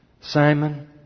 Simon